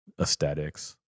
aesthetics